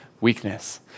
weakness